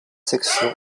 sections